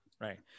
right